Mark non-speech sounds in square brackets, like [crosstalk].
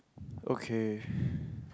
okay [breath]